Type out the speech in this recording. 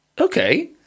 okay